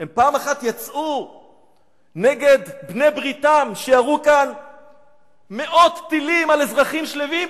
הם פעם אחת יצאו נגד בעלי-בריתם שירו כאן מאות טילים על אזרחים שלווים?